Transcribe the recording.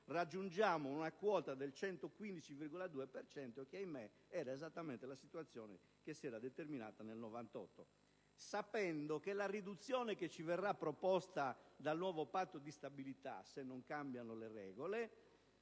raggiungeremo una quota del 115,2 per cento che, ahimè, era esattamente la situazione che si era determinata nel 1998, sapendo che la riduzione che ci verrà proposta dal nuovo Patto di stabilità, se non cambiano le regole,